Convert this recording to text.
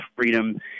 freedom